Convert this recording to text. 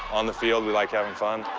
on the field, we like having fun.